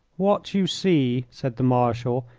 what you see, said the marshal,